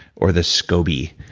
or the scoby,